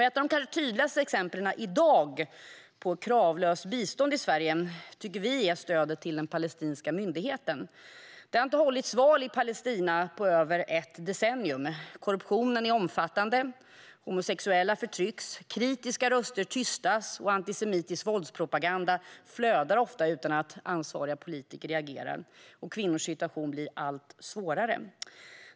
Ett av de tydligaste exemplen i dag på kravlöst svenskt bistånd tycker vi är stödet till den palestinska myndigheten. Det har inte hållits val i Palestina på över ett decennium. Korruptionen är omfattande, homosexuella förtrycks, kritiska röster tystas och antisemitisk våldspropaganda flödar utan att ansvariga politiker reagerar. Kvinnors situation blir allt svårare.